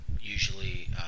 usually